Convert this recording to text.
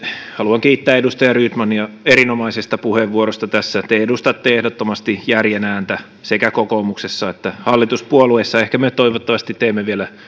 haluan kiittää edustaja rydmania erinomaisesta puheenvuorosta te edustatte ehdottomasti järjen ääntä sekä kokoomuksessa että hallituspuolueissa ehkä me toivottavasti teemme vielä